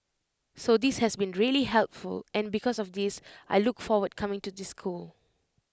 so this has been really helpful and because of this I look forward coming to this school